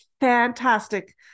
fantastic